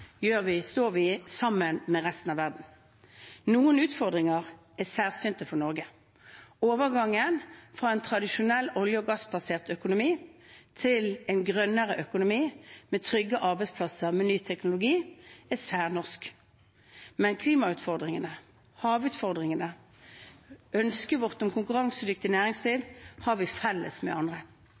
står vi i sammen med resten av verden. Noen utfordringer er særsynte for Norge. Overgangen fra en tradisjonell olje- og gassbasert økonomi til en grønnere økonomi med trygge arbeidsplasser med ny teknologi er særnorsk, men klimautfordringene, havutfordringene og ønsket vårt om et konkurransedyktig næringsliv har vi felles med andre.